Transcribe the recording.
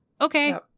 okay